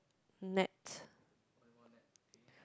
net